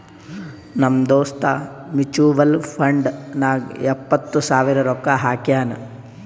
ನಮ್ ದೋಸ್ತ mutual fund ನಾಗ್ ಎಪ್ಪತ್ ಸಾವಿರ ರೊಕ್ಕಾ ಹಾಕ್ಯಾನ್